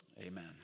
Amen